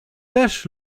też